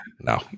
no